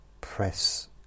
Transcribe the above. press